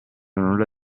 nulla